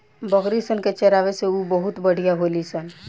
बकरी सन के चरावे से उ बहुते बढ़िया होली सन